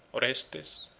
orestes,